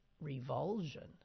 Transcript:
revulsion